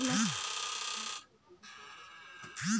bank सबके online आपन काम करे के सुविधा देले बा